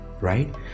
right